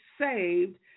saved